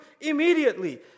immediately